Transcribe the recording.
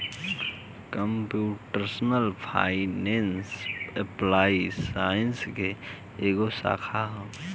computational finance applied science के एगो शाखा ह